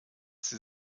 sie